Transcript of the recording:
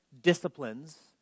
disciplines